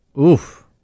Oof